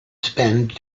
spend